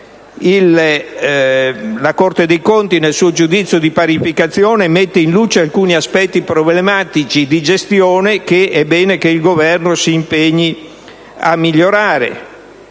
la Corte dei conti nel suo giudizio di parificazione mette in luce alcuni aspetti problematici di gestione che è bene che il Governo si impegni a migliorare.